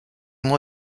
moi